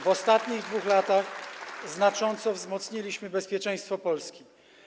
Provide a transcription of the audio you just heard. W ostatnich 2 latach znacząco wzmocniliśmy bezpieczeństwo Polski.